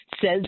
says